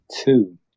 two